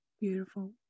Beautiful